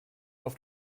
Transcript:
auf